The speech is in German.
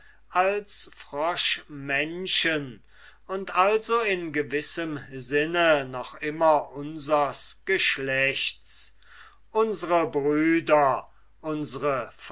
als froschmenschen und also in gewissem sinne noch immer unsers geschlechts unsre brüder unsre